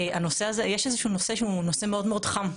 יש איזה נושא שהוא נושא מאוד מאוד חם,